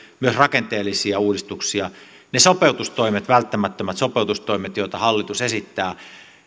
myös rakenteellisia uudistuksia niiden sopeutustoimien välttämättömien sopeutustoimien joita hallitus esittää